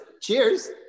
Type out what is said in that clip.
Cheers